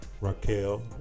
Raquel